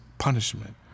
punishment